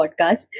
podcast